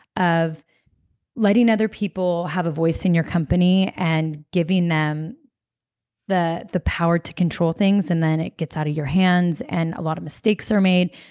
of letting other people have a voice in your company and giving them the the power to control things, and then it gets out of your hands. and a lot of mistakes are made,